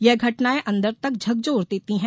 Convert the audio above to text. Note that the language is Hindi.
यह घटनायें अंदर तक झकझोर देती हैं